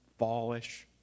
fallish